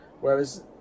whereas